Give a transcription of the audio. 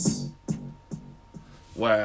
Wow